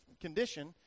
condition